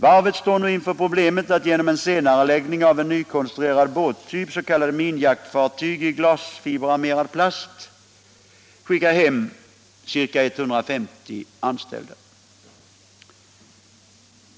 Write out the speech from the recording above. Varvet står nu inför problemet att genom en senareläggning av en nykonstruerad båttyp, s.k. minjaktfartyg i glasfiberarmerad plast, tvingas skicka hem ca 150 anställda.